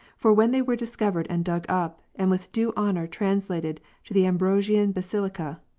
for when they were discovered and dug up, and with due honour translated to the ambrosian basilica,